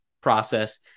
process